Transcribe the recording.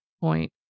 point